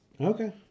Okay